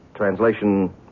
Translation